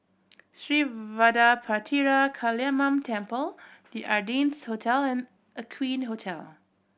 Sri Vadapathira Kaliamman Temple The Ardennes Hotel and Aqueen Hotel